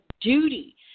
duty